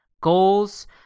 goals